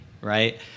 right